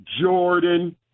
Jordan